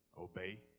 obey